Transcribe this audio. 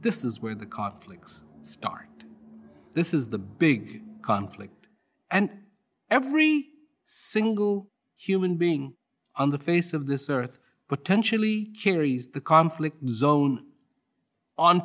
this is where the car clicks start this is the big conflict and every single human being on the face of this earth potentially carries the conflict zone on